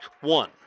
one